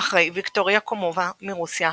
אחרי ויקטוריה קומובה מרוסיה,